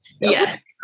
Yes